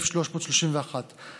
התש"ף 2020, מ/1331.